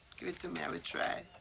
give it to me. i will try.